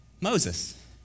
Moses